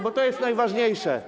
Bo to jest najważniejsze.